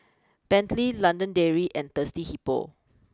Bentley London Dairy and Thirsty Hippo